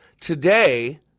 Today